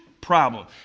problem